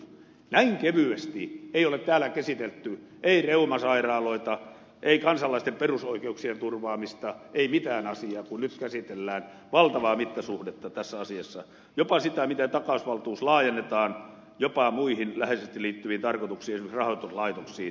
näin kevyesti ei ole täällä käsitelty ei reumasairaaloita ei kansalaisten perusoikeuksien turvaamista ei mitään asiaa kuin nyt käsitellään valtavaa mittasuhdetta tässä asiassa jopa sitä miten takausvaltuus laajennetaan jopa muihin läheisesti liittyviin tarkoituksiin esimerkiksi rahoituslaitoksiin isoja asioita